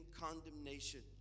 condemnation